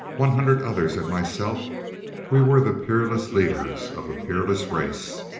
one hundred others and myself we were the peerless leaders of a peerless race.